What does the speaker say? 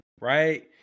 right